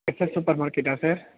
special super மார்க்கெட்டா sir